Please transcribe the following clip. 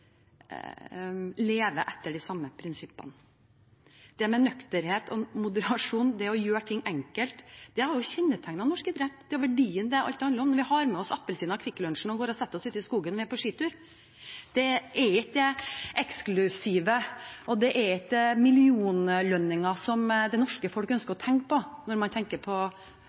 etter de samme prinsippene. Det med nøkternhet og moderasjon og å gjøre ting enkelt har jo kjennetegnet norsk idrett. Det er verdier alt handler om når vi har med oss appelsinen og kvikklunsjen og går og setter oss ute i skogen når vi er på skitur. Det er ikke det eksklusive, og det er ikke millionlønninger det norske folk ønsker å tenke på når man